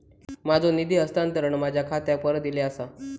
माझो निधी हस्तांतरण माझ्या खात्याक परत इले आसा